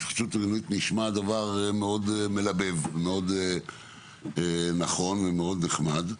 התחדשות עירונית נשמע דבר מאוד מלבב ומאוד נכון ומאוד נחמד,